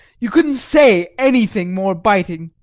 you couldn't say anything more biting.